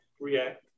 react